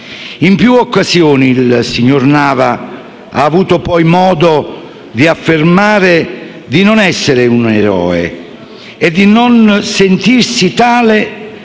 In più occasioni il signor Nava ha avuto poi modo di affermare di non essere un eroe e di non sentirsi tale.